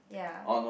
ya